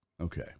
Okay